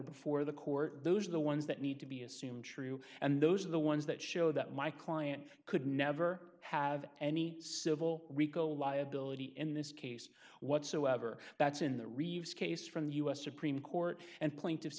before the court those are the ones that need to be assumed true and those are the ones that show that my client could never have any civil rico liability in this case whatsoever that's in the reeves case from the u s supreme court and plaintiffs